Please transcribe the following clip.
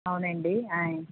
అవునండి ఆయ్